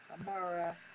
Amara